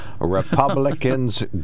Republicans